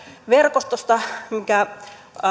verkostosta minkä